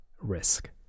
risk